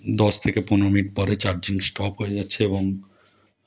দশ থেকে পনেরো মিনিট পরে চার্জিং স্টপ হয়ে যাচ্ছে এবং